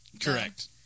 Correct